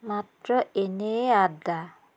মাত্ৰ এনেয়েই আড্ডা